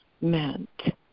meant